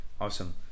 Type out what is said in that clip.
awesome